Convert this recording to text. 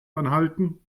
anhalten